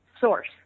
source